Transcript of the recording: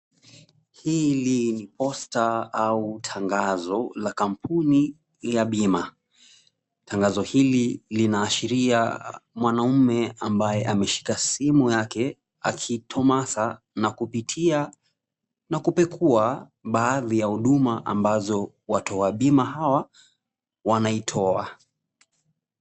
Hili ni posta au tangazo la kampuni ya bima. Tangazo hili linaashiria mwanaume ambaye ameshika simu yake akitumasa na kupitia, na kupekua baadhi ya huduma ambazo watoa bima hawa wanatoa.